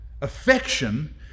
Affection